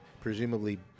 presumably